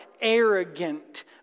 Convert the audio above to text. arrogant